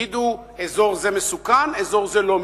יגידו: אזור זה מסוכן, אזור זה לא מסוכן.